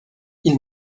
ils